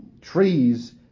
trees